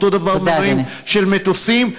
אותו הדבר מנועים של מטוסים.